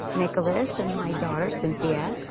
nicholas, and my daughter, cynthia,